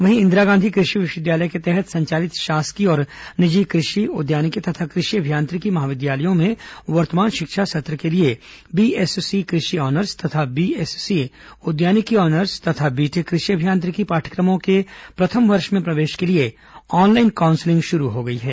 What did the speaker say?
वहीं इंदिरा गांधी कृषि विश्वविद्यालय के तहत संचालित शासकीय और निजी कृषि उद्यानिकी तथा कृषि अभियांत्रिकी महाविद्यालयों में वर्तमान शिक्षा सत्र के लिए बीएससी कृषि आनर्स तथा बीएससी उद्यानिकी आनर्स तथा बीटेक कृषि अभियांत्रिकी पाठ्यक्रमों के प्रथम वर्ष में प्रवेश के लिए ऑनलाइन काउन्सलिंग शुरू हो गई है